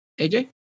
AJ